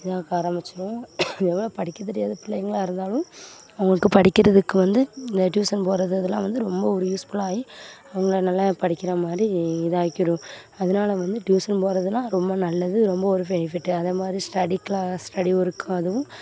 இதாக ஆரம்பிச்சுடும் எவ்வளோ படிக்க தெரியாத பிள்ளைங்களாக இருந்தாலும் அவங்களுக்கு படிக்கிறதுக்கு வந்து இந்த டியூசன் போவது இதெல்லாம் வந்து ரொம்ப ஒரு யூஸ்ஃபுல் ஆகி அவங்க நல்லா படிக்கிற மாதிரி இதாக்கிடும் அதனால வந்து டியூசன் போவதுலாம் ரொம்ப நல்லது ரொம்ப ஒரு ஃபெனிஃபிட்டு அதே மாதிரி ஸ்டடி கிளாஸ் ஸ்டடி இருக்கும் அதுவும்